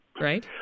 right